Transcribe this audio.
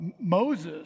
Moses